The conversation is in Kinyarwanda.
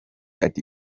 ati